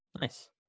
Nice